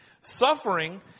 Suffering